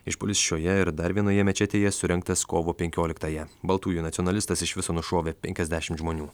išpuolis šioje ir dar vienoje mečetėje surengtas kovo penkioliktąją baltųjų nacionalistas iš viso nušovė penkiasdešimt žmonių